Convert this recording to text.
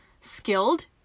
skilled